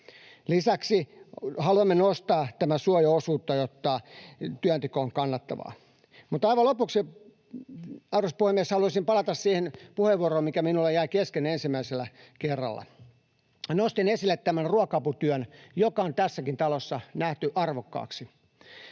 Lisäksi haluamme nostaa tämän suojaosuutta, jotta työnteko on kannattavaa. Mutta aivan lopuksi, arvoisa puhemies, haluaisin palata siihen puheenvuoroon, mikä minulla jäi kesken ensimmäisellä kerralla. Nostin esille tämän ruoka-aputyön, joka on tässäkin talossa nähty arvokkaaksi.